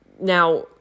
now